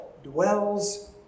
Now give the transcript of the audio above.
dwells